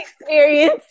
experience